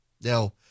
Now